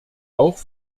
auch